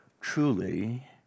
truly